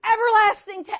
Everlasting